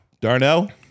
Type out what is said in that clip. Darnell